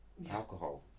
alcohol